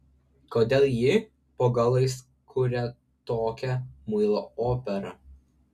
kodėl ji po galais kuria tokią muilo operą